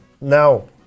Now